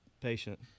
Patient